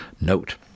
Note